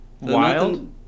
Wild